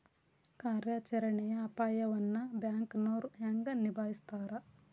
ಕಾರ್ಯಾಚರಣೆಯ ಅಪಾಯವನ್ನ ಬ್ಯಾಂಕನೋರ್ ಹೆಂಗ ನಿಭಾಯಸ್ತಾರ